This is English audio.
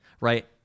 right